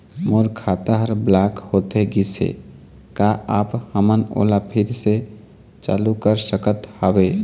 मोर खाता हर ब्लॉक होथे गिस हे, का आप हमन ओला फिर से चालू कर सकत हावे?